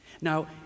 Now